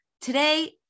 Today